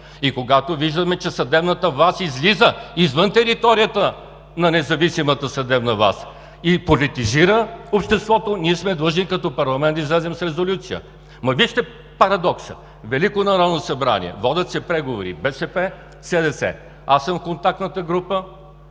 И когато виждаме, че съдебната власт излиза извън територията на независимата съдебна власт и политизира обществото, ние сме длъжни като парламент да излезем с резолюция. Вижте парадокса: Велико народно събрание, водят се преговори БСП – СДС, аз съм в контактната група